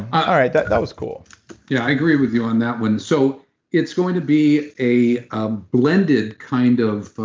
all right, that that was cool yeah, i agree with you on that one. so it's going to be a um blended kind of